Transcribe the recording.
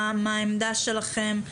מה העמדה שלכם?